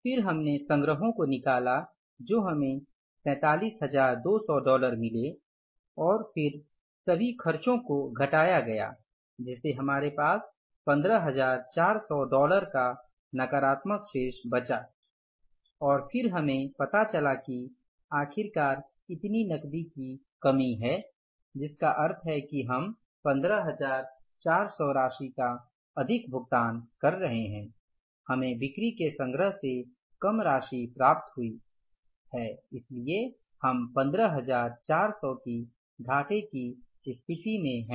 फिर हमने संग्रहों को निकला जो हमें 47200 डॉलर मिले और फिर सभी खर्चों को घटाया गया जिससे हमारे पास 15400 डॉलर का नकारात्मक शेष बचा और फिर हमें पता चला कि आखिरकार इतनी नकदी की कमी है जिसका अर्थ है कि हम 15400 राशि का अधिक भुगतान कर रहे हैं हमें बिक्री के संग्रह से कम राशि प्राप्त हुई है इसलिए हम 15400 की घाटे की स्थिति में हैं